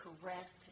correct